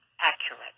accurate